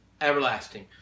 everlasting